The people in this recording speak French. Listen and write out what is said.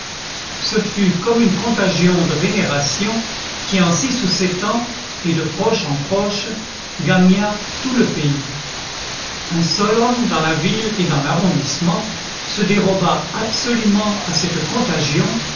ce fut comme une contagion de vénération qui en six ou sept ans et de proche en proche gagna tout le pays un seul homme dans la ville et dans l'arrondissement se déroba absolument à cette contagion